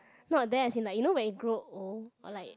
not that as in you know when you grow old or like